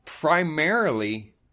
primarily